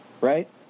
right